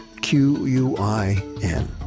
Q-U-I-N